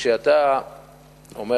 כשאתה אומר,